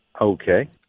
Okay